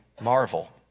marvel